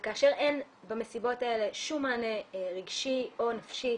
וכאשר אין במסיבות האלה שום מענה רגשי או נפשי